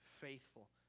faithful